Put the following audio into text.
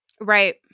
Right